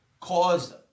caused